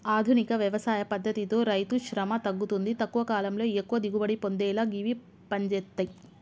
ఆధునిక వ్యవసాయ పద్దతితో రైతుశ్రమ తగ్గుతుంది తక్కువ కాలంలో ఎక్కువ దిగుబడి పొందేలా గివి పంజేత్తయ్